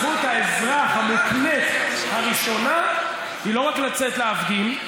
זכות האזרח המוקנית הראשונה היא לא רק לצאת להפגין.